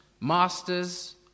masters